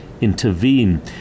intervene